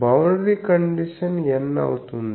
boundary condition n అవుతుంది